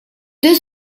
deux